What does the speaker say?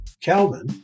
Calvin